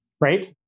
right